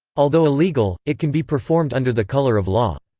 although illegal, it can be performed under the color of law.